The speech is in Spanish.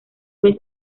vez